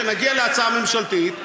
כשנגיע להצעה הממשלתית,